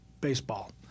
baseball